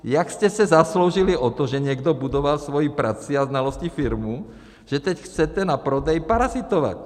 Jak jste se zasloužili o to, že někdo budoval svou prací a znalostí firmu, že teď chcete na prodeji parazitovat?